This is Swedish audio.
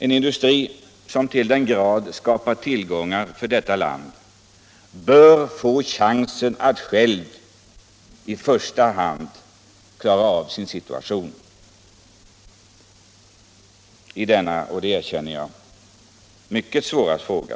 En industri som till den grad skapar tillgångar för vårt land bör i första hand få chansen att själv klara sin situation i denna — det erkänner jag - mycket svåra fråga.